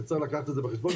צריך לקחת את זה בחשבון,